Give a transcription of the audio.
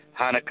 Hanukkah